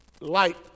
light